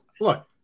look